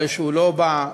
הרי זה לא בא,